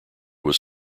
was